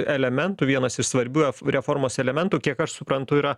elementų vienas iš svarbių ef reformos elementų kiek aš suprantu yra